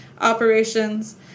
operations